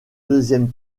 deuxième